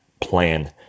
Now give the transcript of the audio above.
plan